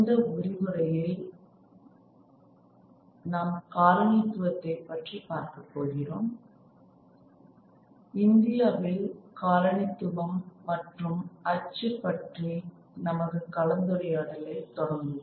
இந்தியாவில் காலனித்துவம் மற்றும் அச்சு பற்றி நமது கலந்துரையாடலை தொடங்குவோம்